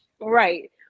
Right